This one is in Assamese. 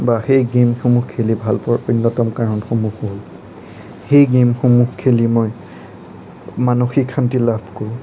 বা সেই গেমসমূহ খেলি ভাল পোৱাৰ অন্যতম কাৰণসমূহ হ'ল সেই গেমসমূহ খেলি মই মানসিক শান্তি লাভ কৰোঁ